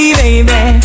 baby